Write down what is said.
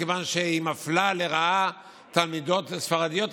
מכיוון שהיא מפלה לרעה תלמידות ספרדיות,